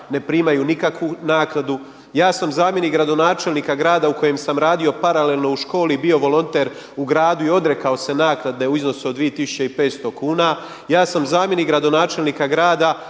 ne primaju nikakvu naknadu. Ja sam zamjenik gradonačelnika grada u kojem sam radio paralelno u školi i bio volonter u gradu i odrekao se naknade u iznosu od 2500 kuna. Ja sam zamjenik gradonačelnika grada